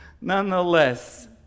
nonetheless